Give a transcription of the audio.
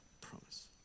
promise